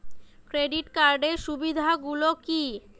Credit কার্ডের সুবিধা গুলো কি?